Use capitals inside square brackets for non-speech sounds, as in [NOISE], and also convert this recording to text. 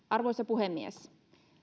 [UNINTELLIGIBLE] arvoisa puhemies